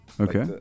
Okay